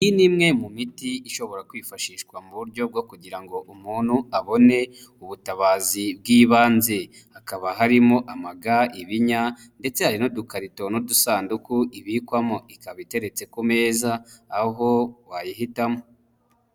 Iyi ni imwe mu miti ishobora kwifashishwa mu buryo bwo kugira ngo umuntu abone ubutabazi bw'ibanze, hakaba harimo amaga, ibinya ndetse hari n'udukarito n'udusanduku ibikwamo, ikaba iteretse ku meza aho wayihitamo.